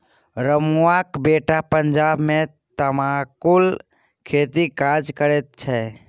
रमुआक बेटा पंजाब मे तमाकुलक खेतमे काज करैत छै